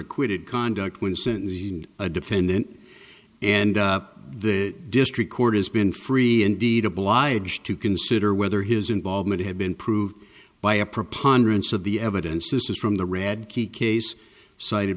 acquitted conduct when sent in a defendant and the district court has been free indeed obliged to consider whether his involvement had been proved by a preponderance of the evidence this is from the red key case cited